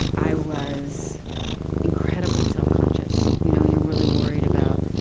i was incredibly self-conscious. you know, you're really worried about,